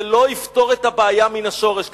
זה לא יפתור את הבעיה מן השורש.